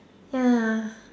ya